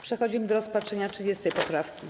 Przechodzimy do rozpatrzenia 30. poprawki.